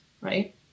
right